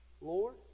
Lord